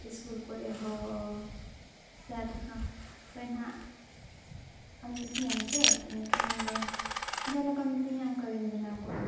school ᱠᱚᱨᱮᱦᱚᱸᱻ ᱥᱟᱭᱟᱫ ᱱᱟᱦᱟᱜ ᱦᱟᱯᱮ ᱱᱟᱦᱟᱜ ᱟᱢ ᱢᱮᱛᱟᱹᱧᱟᱢ ᱪᱮᱫ ᱮᱱᱠᱷᱟᱱᱫᱚ ᱡᱟᱦᱟᱸ ᱞᱮᱠᱟᱢ ᱢᱮᱛᱟᱹᱧᱟ ᱚᱱᱠᱟᱜᱮᱧ ᱵᱮᱱᱟᱣ ᱠᱚᱣᱟ